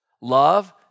Love